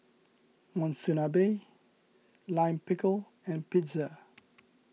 Monsunabe Lime Pickle and Pizza